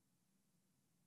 ירד